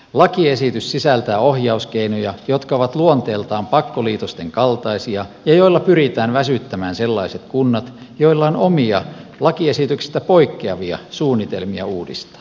lakiesitys sisältää ohjauskeinoja jotka ovat luonteeltaan pakkoliitosten kaltaisia ja joilla pyritään väsyttämään sellaiset kunnat joilla on omia lakiesityksestä poikkeavia suunnitelmia uudistaa